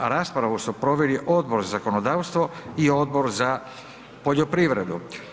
Raspravu su proveli Odbor za zakonodavstvo i Odbor za poljoprivredu.